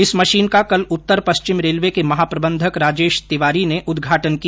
इस मशीन का कल उत्तर पश्चिम रेलवे के महाप्रबंधक राजेश तिवारी ने उदघाटन किया